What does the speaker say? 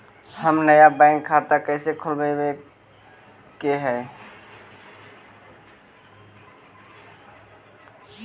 हम नया बैंक खाता कैसे खोलबाबे के है?